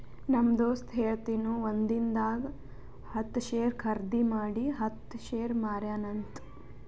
ನಮ್ ದೋಸ್ತ ಹೇಳತಿನು ಒಂದಿಂದಾಗ ಹತ್ತ್ ಶೇರ್ ಖರ್ದಿ ಮಾಡಿ ಹತ್ತ್ ಶೇರ್ ಮಾರ್ಯಾನ ಅಂತ್